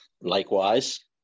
Likewise